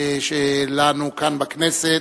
שלנו כאן בכנסת.